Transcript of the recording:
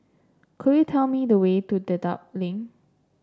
could you tell me the way to Dedap Link